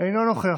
אינו נוכח.